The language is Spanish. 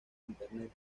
internet